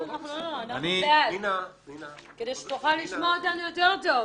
אני רק רוצה לשים על השולחן את המסמך של התכנית לקידום שילוב